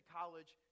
college